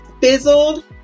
fizzled